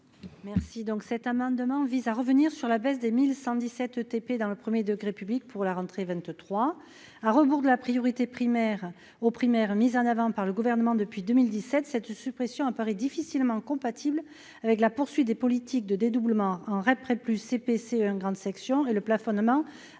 Merci, donc cet amendement vise à revenir sur la baisse des 1117 TP dans le 1er degré public pour la rentrée 23 à rebours de la priorité primaire au primaire mise en avant par le gouvernement depuis 2017 cette suppression apparaît difficilement compatible avec la poursuite des politiques de dédoublement en rai près plus CP-CE1 grande section et le plafonnement à 24 élèves